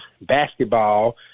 basketball